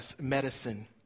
medicine